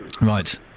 Right